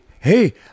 Hey